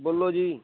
ਬੋਲੋ ਜੀ